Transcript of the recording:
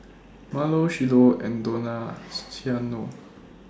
Marlo Shiloh and Dona Ciano